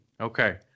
Okay